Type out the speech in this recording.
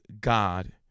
God